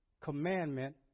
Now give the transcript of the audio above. commandment